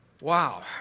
Wow